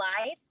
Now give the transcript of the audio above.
life